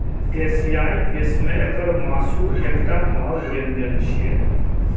एशियाई देश मे एकर मासु एकटा महग व्यंजन छियै